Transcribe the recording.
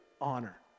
honor